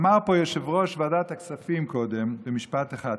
אמר פה יושב-ראש ועדת הכספים קודם במשפט אחד: